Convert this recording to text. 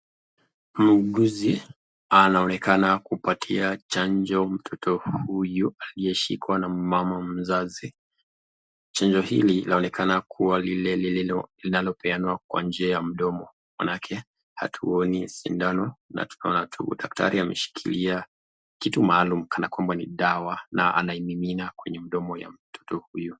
Muuguzi anaonekana kupatia chanjo mtoto huyu aliyeshikwa na mama mzazi. Chanjo hili laonekana kuwa linalopeanwa kwa njia ya mdomo maanake hatuoni sindano na tunaona tu daktari anashikilia tu kitu maalum kana kwamba ni dawa na anaimimina kwenye mdomo ya mtoto huyu.